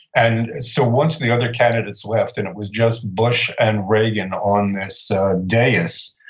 and so, once the other candidates left and it was just bush and reagan on this dais,